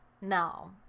No